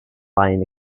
buying